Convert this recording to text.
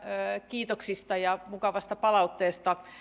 kiitoksista ja mukavasta palautteesta